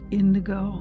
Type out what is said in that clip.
indigo